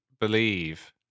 believe